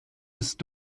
ist